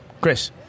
Chris